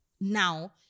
now